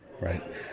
right